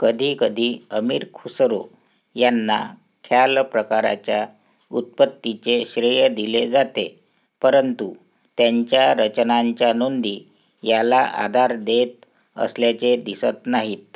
कधी कधी अमीर खुसरो यांना ख्याल प्रकाराच्या उत्पत्तीचे श्रेय दिले जाते परंतु त्यांच्या रचनांच्या नोंदी याला आधार देत असल्याचे दिसत नाहीत